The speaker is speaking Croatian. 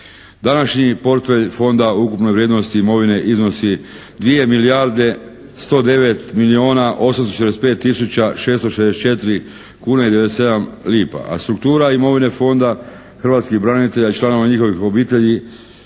Današnji portfelj fonda u ukupnoj vrijednosti imovine iznosi 2 milijarde 109 milijuna 845 tisuća 664 kune i 97 lipa, a struktura imovine Fonda hrvatskih branitelja i članova njihovih obitelji